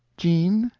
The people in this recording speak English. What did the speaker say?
jean,